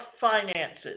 finances